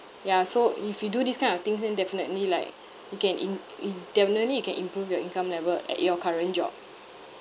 ya so if you do this kind of things then definitely like you can im~ im~ definitely you can improve your income level at your current job